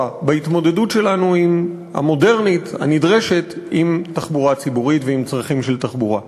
בהתמודדות המודרנית הנדרשת עם תחבורה ציבורית ועם צרכים של תחבורה.